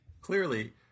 Clearly